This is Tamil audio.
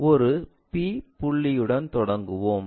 ஒரு p புள்ளியுடன் தொடங்குவோம்